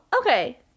okay